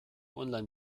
online